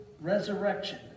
resurrection